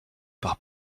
par